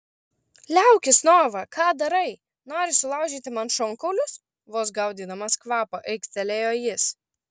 liaukis nova ką darai nori sulaužyti man šonkaulius vos gaudydamas kvapą aiktelėjo jis